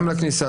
גם הכניסה.